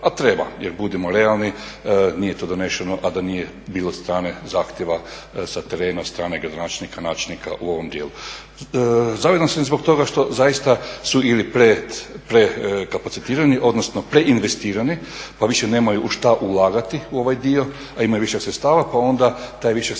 A treba, jer budimo realni nije to doneseno a da nije bilo od strane zahtjeva sa terena od strane gradonačelnika, načelnika u ovom dijelu. Zavidan sam zbog toga što zaista su ili prekapacitirani odnosno preinvestirani pa više nemaju u što ulagati u ovaj dio, a imaju višak sredstava pa onda taj višak sredstava